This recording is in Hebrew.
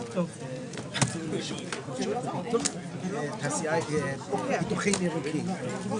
15:59.